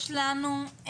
יש לנו בעיה,